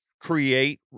create